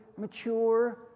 mature